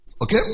Okay